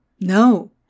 No